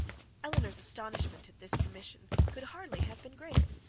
elinor's astonishment at this commission could hardly have been greater,